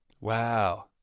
Wow